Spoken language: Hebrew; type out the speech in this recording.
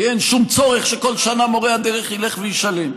כי אין שום צורך שבכל שנה מורה הדרך ילך וישלם.